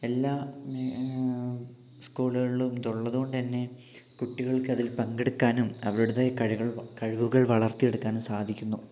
എല്ലാ സ്കൂളുകളിലും ഇത് ഉള്ളതുകൊണ്ട് തന്നെ കുട്ടികൾക്ക് അതിൽ പങ്കെടുക്കാനും അവരുടേതായ കഴികൾ കഴിവുകൾ വളർത്തിയെടുക്കുവാനും സാധിക്കുന്നു